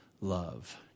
love